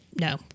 no